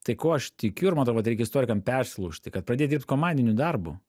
tai kuo aš tikiu ir matau kad reikia istorikam persilaužti kad pradėt dirbt komandiniu darbu